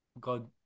God